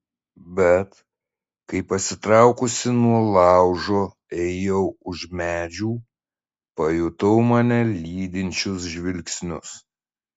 bet kai pasitraukusi nuo laužo ėjau už medžių pajutau mane lydinčius žvilgsnius